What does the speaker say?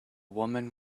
woman